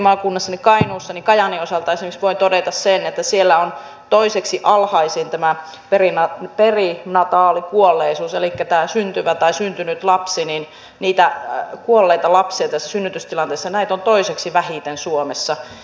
kotimaakunnassani kainuussa esimerkiksi kajaanin osalta voin todeta sen että siellä on toiseksi alhaisin tämä perinataalikuolleisuus elikkä syntyviä tai syntyneitä kuolleita lapsia tässä synnytystilanteessa on toiseksi vähiten suomessa